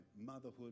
motherhood